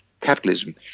capitalism